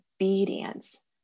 obedience